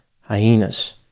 hyenas